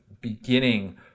beginning